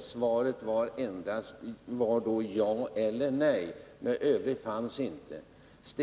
svara ja eller nej på en arbetssökandes fråga om det fanns något jobb.